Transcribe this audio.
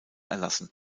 erlassen